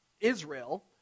Israel